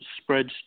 spreads